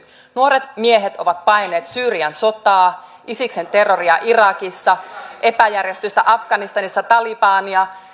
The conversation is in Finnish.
nuoret miehet ovat paenneet syyrian sotaa isiksen terroria irakissa epäjärjestystä afganistanissa talibania